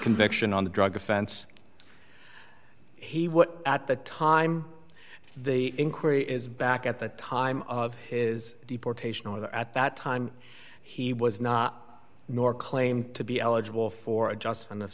conviction on the drug offense he what at the time the inquiry is back at the time of is deportation order at that time he was not nor claimed to be eligible for adjustment of